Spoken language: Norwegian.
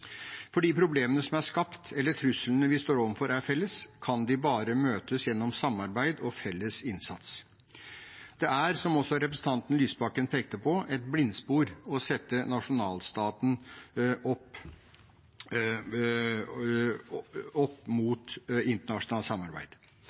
de problemene som er skapt, eller truslene vi står overfor, er felles, kan de bare møtes gjennom samarbeid og felles innsats. Det er, som også representanten Lysbakken pekte på, et blindspor å sette nasjonalstaten opp